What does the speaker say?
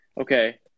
okay